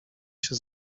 się